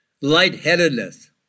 lightheadedness